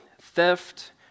theft